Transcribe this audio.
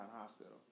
Hospital